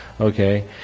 Okay